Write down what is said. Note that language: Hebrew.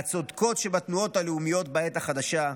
מהצודקות שבתנועות הלאומיות בעת החדשה,